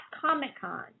Comic-Con